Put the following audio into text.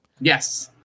Yes